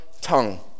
tongue